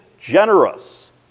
generous